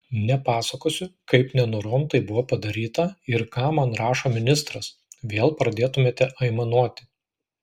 nepasakosiu kaip nenorom tai buvo padaryta ir ką man rašo ministras vėl pradėtumėte aimanuoti